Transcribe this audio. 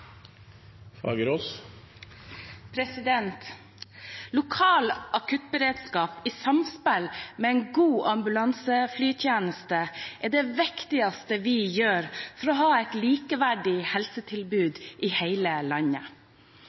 debatten. Lokal akuttberedskap i samspill med en god ambulanseflytjeneste er det viktigste for å ha et likeverdig helsetilbud i hele landet.